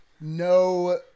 no